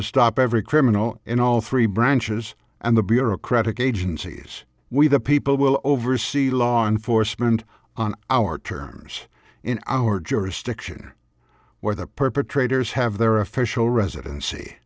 to stop every criminal in all three branches and the bureaucratic agencies we the people will oversee law enforcement on our terms in our jurisdiction where the perpetrators have their official residency